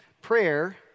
Prayer